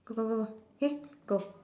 go go go go K go